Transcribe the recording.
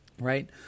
right